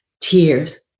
tears